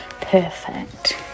perfect